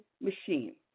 machine